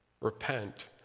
Repent